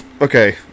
Okay